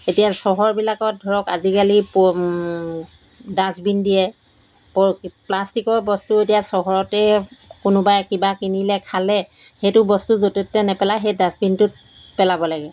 এতিয়া চহৰবিলাকত ধৰক আজিকালি ডাষ্টবিন দিয়ে প প্লাষ্টিকৰ বস্তু এতিয়া চহৰতে কোনোবাই কিবা কিনিলে খালে সেইটো বস্তু য'তে ত'তে নেপেলাই সেই ডাষ্টবিনটোত পেলাব লাগে